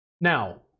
Now